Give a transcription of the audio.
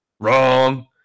Wrong